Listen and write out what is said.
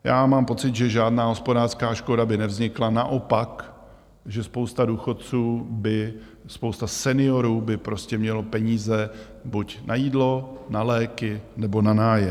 Já mám pocit, že žádná hospodářská škoda by nevznikla, naopak že spousta důchodců, spousta seniorů by prostě měla peníze buď na jídlo, na léky nebo na nájem.